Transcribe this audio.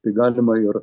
tai galima ir